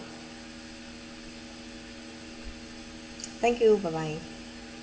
thank you bye bye